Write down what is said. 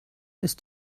ist